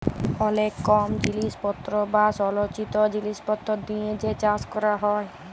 অলেক কম জিলিসপত্তর বা সলচিত জিলিসপত্তর দিয়ে যে চাষ ক্যরা হ্যয়